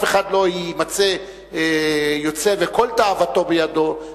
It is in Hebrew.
אף אחד לא יימצא יוצא וכל תאוותו בידו,